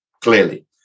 clearly